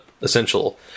essential